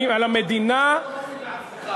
על המדינה, אתה לא מאמין לעצמך.